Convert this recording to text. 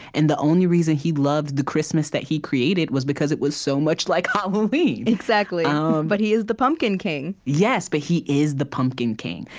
and the only reason he loved the christmas that he created was because it was so much like ah halloween exactly um but he is the pumpkin king yes, but he is the pumpkin king.